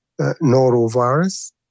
norovirus